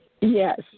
Yes